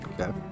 Okay